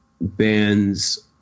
bands